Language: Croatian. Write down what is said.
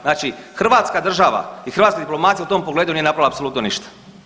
Znači hrvatska država i hrvatska diplomacija u tom pogledu nije napravila apsolutno ništa.